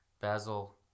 Basil